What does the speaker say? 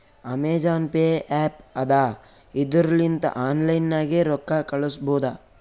Amazon Pay app ಅದಾ ಇದುರ್ ಲಿಂತ ಆನ್ಲೈನ್ ನಾಗೆ ರೊಕ್ಕಾ ಕಳುಸ್ಬೋದ